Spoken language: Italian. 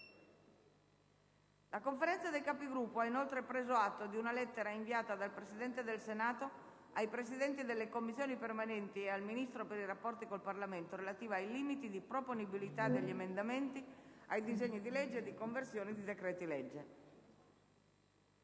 La Conferenza dei Capigruppo ha inoltre preso atto di una lettera, inviata dal Presidente del Senato ai Presidenti delle Commissioni permanenti e al Ministro per i rapporti con il Parlamento, relativa ai limiti di proponibilità degli emendamenti ai disegni di legge di conversione di decreti-legge.